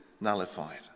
nullified